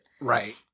Right